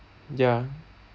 ya